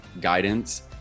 guidance